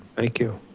thank you.